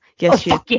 Yes